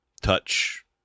touch